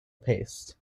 paste